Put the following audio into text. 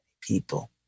people